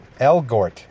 Elgort